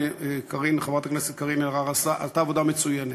חברת הכנסת קארין אלהרר עשו עבודה מצוינת.